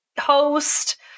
host